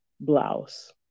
blouse